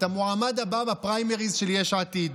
את המועמד הבא בפריימריז של יש עתיד,